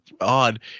odd